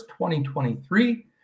2023